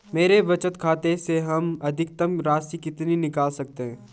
मेरे बचत खाते से हम अधिकतम राशि कितनी निकाल सकते हैं?